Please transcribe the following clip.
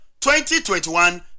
2021